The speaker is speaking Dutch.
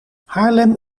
haarlem